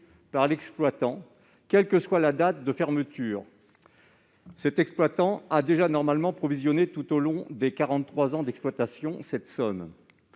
par l'exploitant, quelle que soit la date de fermeture. En effet, cet exploitant a déjà normalement provisionné, tout au long des quarante-trois ans d'exploitation, cette somme.